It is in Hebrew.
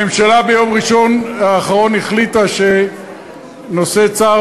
הממשלה החליטה ביום ראשון האחרון שנושא צער